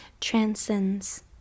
transcends